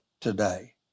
today